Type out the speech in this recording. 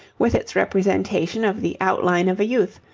with its representation of the outline of a youth,